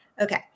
Okay